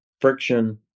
friction